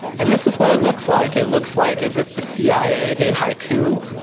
and this is what it looks like. it looks like as if the cia did haiku.